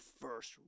first